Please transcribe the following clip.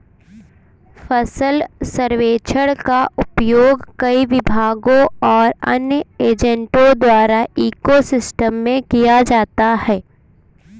फसल सर्वेक्षण का उपयोग कई विभागों और अन्य एजेंटों द्वारा इको सिस्टम में किया जा सकता है